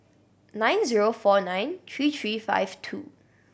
nine zero four nine three three five two